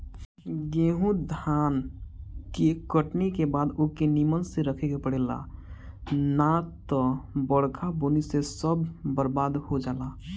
गेंहू धान के कटनी के बाद ओके निमन से रखे के पड़ेला ना त बरखा बुन्नी से सब बरबाद हो जाला